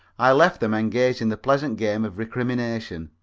i left them engaged in the pleasant game of recrimination,